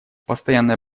постоянное